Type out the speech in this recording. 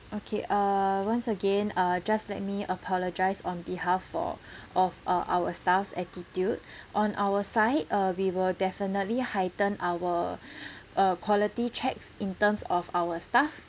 okay uh once again uh just let me apologise on behalf for of uh our staff's attitude on our side uh we will definitely heighten our uh quality checks in terms of our stuff